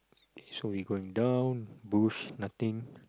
so we going down bush nothing